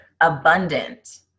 abundant